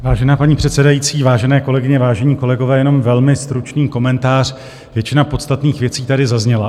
Vážená paní předsedající, vážené kolegyně, vážení kolegové, jenom velmi stručný komentář, většina podstatných věcí tady zazněla.